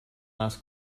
last